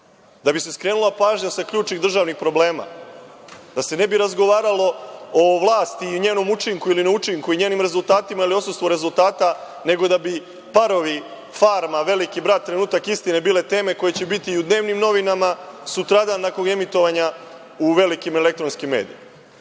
da bi se skrenula pažnja sa ključnih državnih problema, da se ne bi razgovaralo o vlasti i o njenom učinku ili neučinku i njenim rezultatima ili odsustvo rezultata, nego da bi „Parovi“, „Farma“, „Veliki brat“, „Trenutak istine“ bile teme koje će biti u dnevnim novinama, sutradan nakon emitovanja u velikim elektronskim medijima. Dakle,